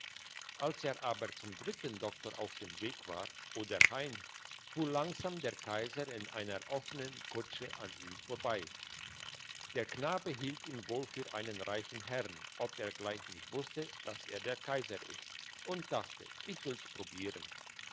als er aber zum dritten doktor auf dem weg war oder heim fuhr langsam der kaiser in einer offenen kutsche an ihm vorbei der knabe hielt ihn wohl für einen reichen herrn ob er gleich nicht wusste dass es der kaiser ist und dachte ich will's probieren